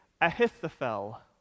Ahithophel